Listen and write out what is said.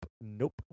nope